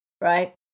right